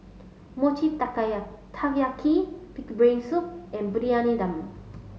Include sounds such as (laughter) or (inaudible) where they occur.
Mochi (unintelligible) Taiyaki pig's brain soup and Briyani Dum